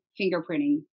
fingerprinting